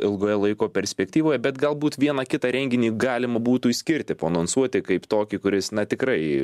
ilgoje laiko perspektyvoje bet galbūt vieną kitą renginį galima būtų išskirti paanonsuoti kaip tokį kuris na tikrai